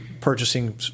purchasing